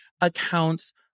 accounts